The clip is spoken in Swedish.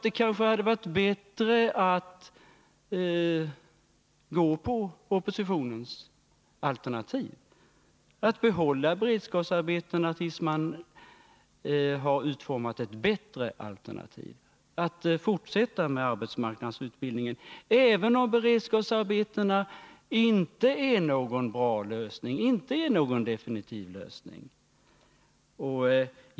Det kanske hade varit bättre att ansluta sig till oppositionens alternativ, att behålla beredskapsarbetena tills man hade utformat ett bättre alternativ och att fortsätta med arbetsmarknadsutbildningen — även om beredskapsarbetena inte är någon bra lösning, inte är någon definitiv lösning.